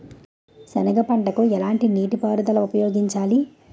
సెనగ పంటకు ఎలాంటి నీటిపారుదల ఉపయోగించాలి?